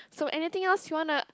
so anything else you wanna